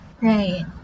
Right